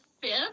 fifth